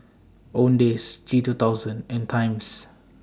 Owndays G two thousand and Times